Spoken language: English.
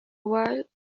while